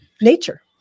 nature